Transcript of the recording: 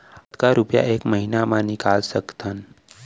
कतका रुपिया एक महीना म निकाल सकथन?